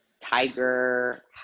tiger